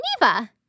Neva